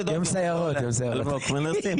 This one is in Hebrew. ומשפט, נכון?